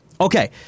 Okay